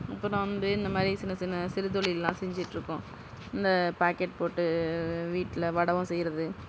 அப்புறோம் வந்து இந்த மாதிரி சின்ன சின்ன சிறு தொழில்லாம் செஞ்சிட் இருக்கோம் இந்த பாக்கெட் போட்டு வீட்டில் வடகம் செய்யறது